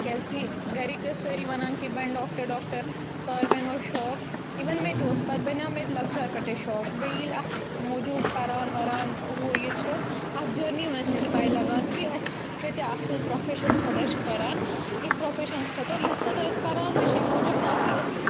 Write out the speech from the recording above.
کیٛازِکہِ گَرِکۍ ٲسۍ سٲری وَنان کہِ بَنہِ ڈاکٹَر ڈاکٹَر ساروِیَن اوس شوق اِوٕن مےٚ تہِ اوس پَتہٕ بَنیٛو مےٚ تہِ لۄکچار پٮ۪ٹھَے شوق بیٚیہِ ییٚلہِ اَتھ موٗجوٗب پَران وَران ہُہ یہِ چھُ اَتھ جٔرنی منٛز چھِ أسۍ پاے لَگان کہِ اَسہِ کۭتیٛاہ اَصٕل پرٛوفیشَنٕز خٲطرٕ چھِ پَران یِتھ پرٛوفیشَنَس خٲطرٕ یَتھ خٲطرٕ أسۍ پَران تہِ چھِ اَمہِ موٗجوٗب تاکہِ أسۍ